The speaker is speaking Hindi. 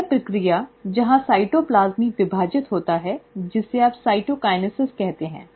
यह प्रक्रिया जहां साइटोप्लाज्म भी विभाजित होता है जिसे आप साइटोकिन्सिस कहते हैं